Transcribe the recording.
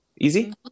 Easy